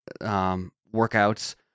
workouts